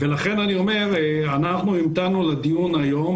אנחנו המתנו לדיון היום.